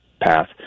path